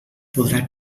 podrà